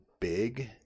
big